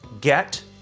get